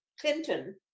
Clinton